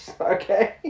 Okay